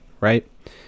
right